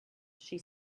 she